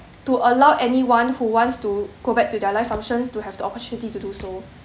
to allow anyone who wants to go back to their life functions to have the opportunity to do so